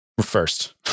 First